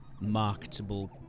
marketable